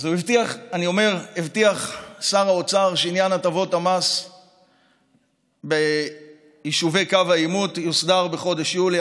הבטיח שר האוצר שעניין הטבות המס ביישובי קו העימות יוסדר בחודש יולי.